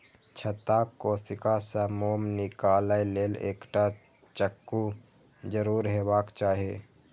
छत्ताक कोशिका सं मोम निकालै लेल एकटा चक्कू जरूर हेबाक चाही